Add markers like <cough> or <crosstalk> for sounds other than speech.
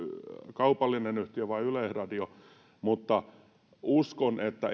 kaupallinen yhtiö vai yleisradio mutta uskon että <unintelligible>